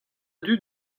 dud